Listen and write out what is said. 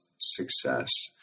success